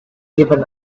even